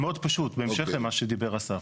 מאוד פשוט, בהמשך למה שדיבר השר.